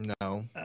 No